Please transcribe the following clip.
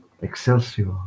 excelsior